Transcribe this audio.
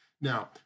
Now